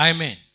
Amen